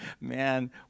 man